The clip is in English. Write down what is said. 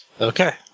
Okay